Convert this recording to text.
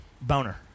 boner